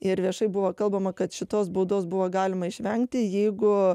ir viešai buvo kalbama kad šitos baudos buvo galima išvengti jeigu